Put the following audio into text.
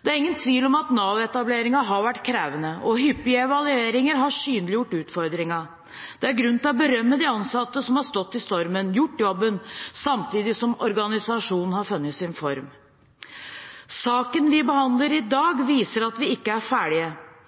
Det er ingen tvil om at Nav-etableringen har vært krevende, og hyppige evalueringer har synliggjort utfordringen. Det er grunn til å berømme de ansatte som har stått i stormen og gjort jobben, samtidig som organisasjonen har funnet sin form. Saken vi behandler i dag, viser at vi ikke er